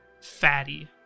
fatty